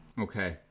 Okay